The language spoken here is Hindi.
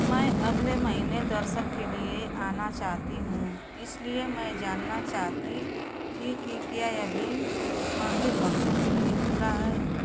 मैं अगले महीने दर्शन के लिए आना चाहती हूँ इसलिए मैं जानना चाहती थी कि क्या अभी मन्दिर भक्तों के लिए खुला है